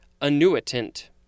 annuitant